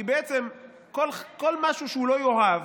כי בעצם כל משהו שהוא לא יאהב,